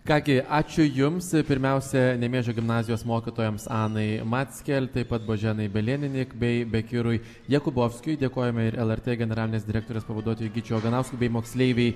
ką gi ačiū jums pirmiausia nemėžio gimnazijos mokytojams anai mackel taip pat boženai beleninik bei bekirui jakubovskiui dėkojame ir lrt generalinės direktorės pavaduotojui gyčiui oganauskui bei moksleivei